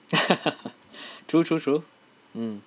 true true true mm